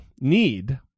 need